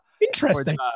Interesting